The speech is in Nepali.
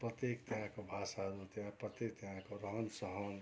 प्रत्येक त्यहाँको भाषाहरू त्यहाँ प्रत्येक त्यहाँको रहनसहन